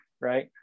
right